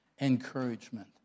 encouragement